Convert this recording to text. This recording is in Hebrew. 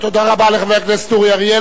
תודה רבה לחבר הכנסת אורי אריאל.